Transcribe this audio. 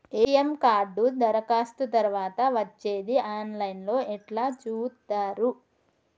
ATM card దరఖాస్తు తరువాత వచ్చేది ఆన్ లైన్ లో ఎట్ల చూత్తరు?